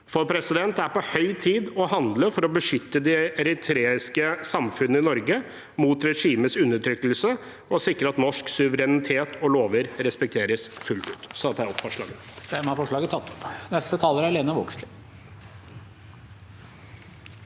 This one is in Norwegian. for det er på høy tid å handle for å beskytte det eritreiske samfunnet i Norge mot regimets undertrykkelse og sikre at norsk suverenitet og norske lover respekteres fullt ut. Så tar jeg opp forslagene